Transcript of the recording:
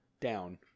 down